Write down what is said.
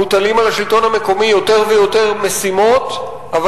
מוטלות על השלטון המקומי יותר ויותר משימות אבל